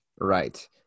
Right